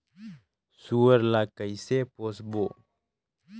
सुअर ला कइसे पोसबो?